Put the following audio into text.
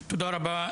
תודה רבה,